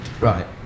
right